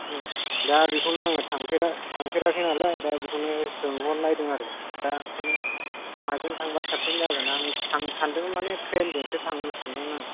दा बेखौनो आङो थांफेरा थांफेराखै नालाय दा बेखौनो सोंहरनायदों आरो दा ओंखायनो माजों थांबा साबसिन जागोन आं थांनो सानदोंमोन मानि ट्रेनजोंसो थांनो सानदोंमोन आङो